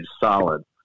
solid